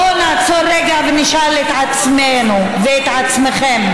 בואו נעצור רגע ונשאל את עצמנו ואת עצמכם: